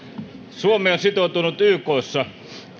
on sitoutunut ykssa